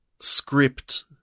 script